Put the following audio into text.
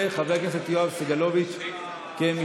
וחבר הכנסת יואב סגלוביץ' כמתנגד.